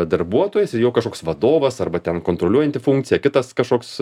darbuotojas ir jau kažkoks vadovas arba ten kontroliuojanti funkcija kitas kažkoks